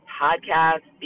podcast